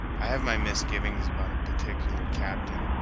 i have my misgivings about a particular captain,